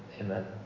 Amen